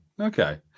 Okay